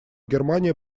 германия